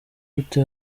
gute